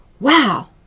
Wow